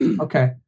Okay